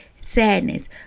sadness